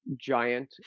giant